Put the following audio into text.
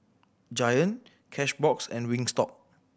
Giant Cashbox and Wingstop